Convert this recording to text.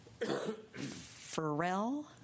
Pharrell